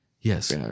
yes